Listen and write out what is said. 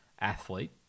athlete